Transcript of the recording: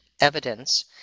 evidence